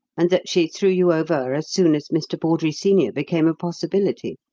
and that she threw you over as soon as mr. bawdrey senior became a possibility.